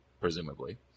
presumably